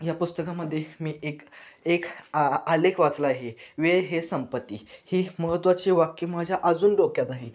ह्या पुस्तकामध्ये मी एक एक आ आलेख वाचला आहे वेळ हे संपत्ती ही महत्त्वाचे वाक्य माझ्या अजून डोक्यात आहे